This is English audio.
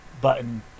button